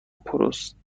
پروتستانی